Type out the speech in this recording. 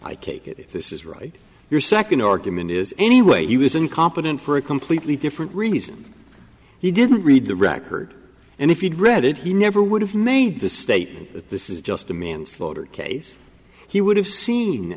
cake if this is right your second argument is anyway he was incompetent for a completely different reason he didn't read the record and if you'd read it he never would have made the statement that this is just a manslaughter case he would have seen